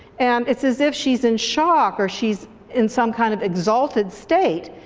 and it's as if she's in shock or she's in some kind of exalted state.